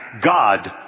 God